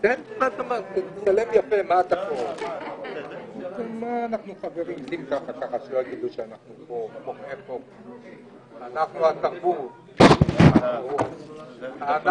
13:15.